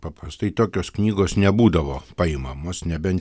paprastai tokios knygos nebūdavo paimamos nebent